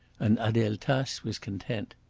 and adele tace was content.